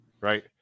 Right